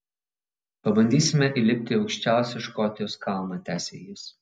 pabandysime įlipti į aukščiausią škotijos kalną tęsė jis